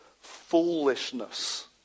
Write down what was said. foolishness